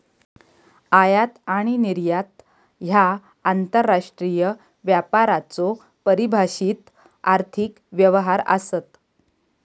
आयात आणि निर्यात ह्या आंतरराष्ट्रीय व्यापाराचो परिभाषित आर्थिक व्यवहार आसत